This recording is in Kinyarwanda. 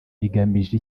igamije